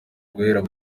guhera